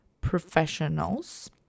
professionals